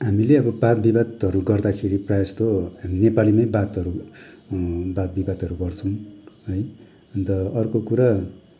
हामीले अब बात विवादहरू गर्दाखेरि प्रायः जस्तो हामी नेपालीमै बातहरू बात विवादहरू गर्छोैं है अन्त अर्को कुरा